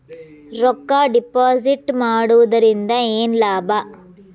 ರೊಕ್ಕ ಡಿಪಾಸಿಟ್ ಮಾಡುವುದರಿಂದ ಏನ್ ಲಾಭ?